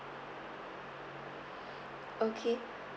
okay